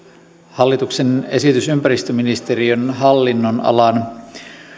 hallituksen esitys ympäristöministeriön hallinnonalan